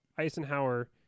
Eisenhower